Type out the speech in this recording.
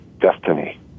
destiny